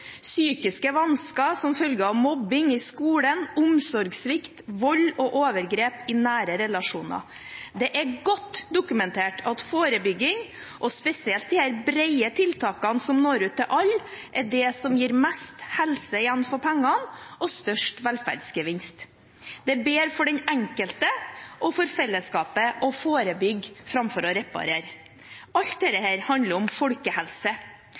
psykiske vansker som følge av mobbing i skolen, omsorgssvikt, vold og overgrep i nære relasjoner. Det er godt dokumentert at forebygging og spesielt de brede tiltakene som når ut til alle, er det som gir mest helse igjen for pengene og størst velferdsgevinst. Det er bedre for den enkelte og for fellesskapet å forebygge framfor å reparere. Alt dette handler om folkehelse.